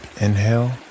inhale